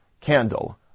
candle